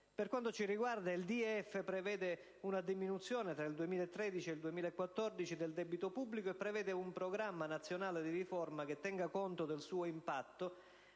Per quanto ci riguarda, il DEF prevede una diminuzione, tra il 2013 ed il 2014, del debito pubblico e un Programma nazionale di riforma che tenga conto del suo impatto,